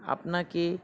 আপনাকে